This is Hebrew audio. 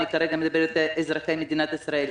אני כרגע מדברת על אזרחי מדינת ישראל,